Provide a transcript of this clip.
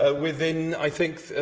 ah within, i think,